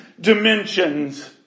dimensions